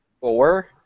four